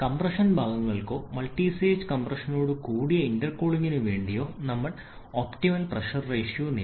compression ഭാഗങ്ങൾക്കോ multistage കംപ്രഷനോടുകൂടിയ ഇന്റർകൂളിംഗിനോ വേണ്ടി നമ്മൾ ഒപ്റ്റിമൽ പ്രഷർ റേഷ്യോ നേടി